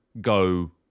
go